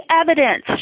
evidence